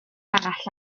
arall